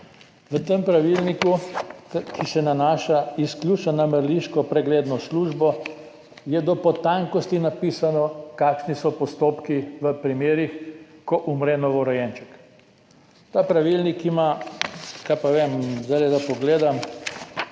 V tem pravilniku, ki se nanaša izključno na mrliško pregledno službo, je do potankosti napisano, kakšni so postopki v primerih, ko umre novorojenček. Ta pravilnik ima, kaj pa vem, zdaj bom pogledal,